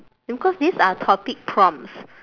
because these are topic prompts